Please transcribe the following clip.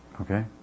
okay